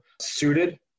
suited